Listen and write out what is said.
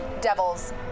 Devils